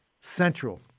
central